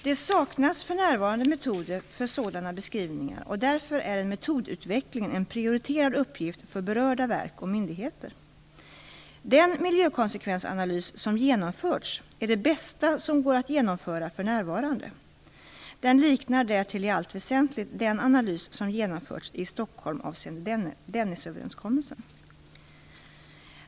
Det saknas för närvarande metoder för sådana beskrivningar, och därför är en metodutveckling en prioriterad uppgift för berörda verk och myndigheter. Den miljökonsekvensanalys som genomförts är det bästa som går att genomföra för närvarande. Den liknar därtill i allt väsentligt den analys som genomförts i Stockholm avseende Dennisöverenskommelsen.